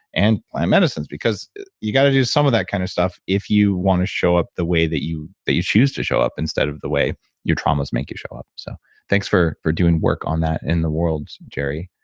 and plant medicines, because you've got to do some of that kind of stuff if you want to show up the way that you that you choose to show up instead of the way your traumas make you show up. so thanks for for doing work on that in the world gerry.